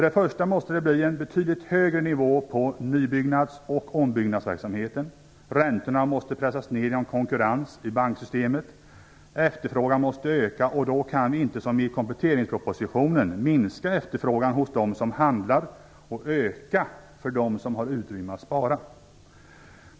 Det måste bli en betydligt högre nivå på nybyggnads och ombyggnadsverksamheten, räntorna måste pressas ner genom konkurrens i banksystemet och efterfrågan måste öka. Då kan vi inte som i kompletteringspropositionen minska efterfrågan hos dem som handlar och öka den för dem som har utrymme att spara.